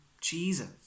Jesus